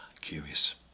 curious